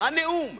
הנאום.